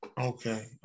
Okay